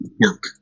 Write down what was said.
work